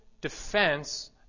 defense